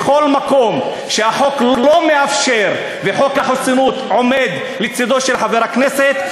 בכל מקום שהחוק לא מאפשר וחוק החסינות עומד לצדו של חבר הכנסת,